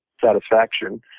satisfaction